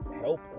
help